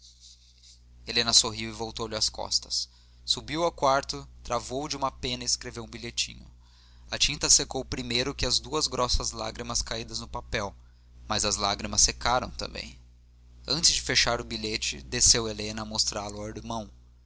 helena sorriu e voltou-lhe as costas subiu ao quarto travou de uma pena e escreveu um bilhetinho a tinta secou primeiro que duas grossas lágrimas caídas no papel mas as lágrimas secaram também antes de fechar o bilhete desceu helena